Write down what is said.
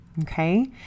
okay